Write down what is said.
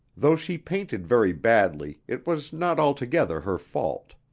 though she painted very badly, it was not altogether her fault.